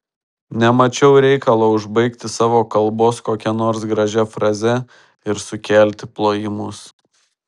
nemačiau reikalo užbaigti savo kalbos kokia nors gražia fraze ir sukelti plojimus